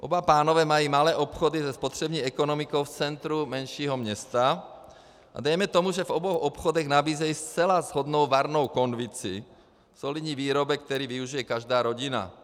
Oba pánové mají malé obchody se spotřební ekonomikou v centru menšího města a dejme tomu, že v obou obchodech nabízejí zcela shodnou varnou konvici, solidní výrobek, který využije každá rodina.